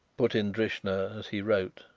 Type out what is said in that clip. put in drishna, as he wrote.